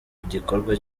gikorwa